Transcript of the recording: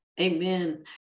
Amen